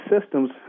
systems